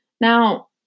Now